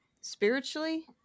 Spiritually